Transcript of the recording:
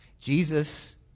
Jesus